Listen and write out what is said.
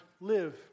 live